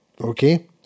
Okay